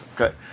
Okay